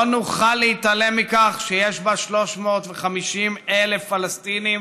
לא נוכל להתעלם מכך שיש בה 350,000 פלסטינים